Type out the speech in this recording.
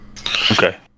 Okay